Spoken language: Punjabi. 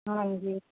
ਹਾਂਜੀ